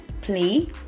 play